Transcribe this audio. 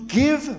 give